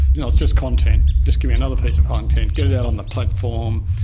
you know it's just content. just give me another piece of content. get it out on the platform,